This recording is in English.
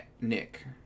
Nick